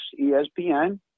ESPN